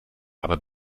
aber